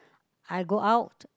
I go out